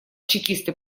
чекисты